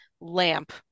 lamp